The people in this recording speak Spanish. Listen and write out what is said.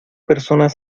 personas